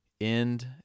end